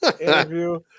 interview